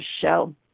show